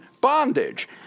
bondage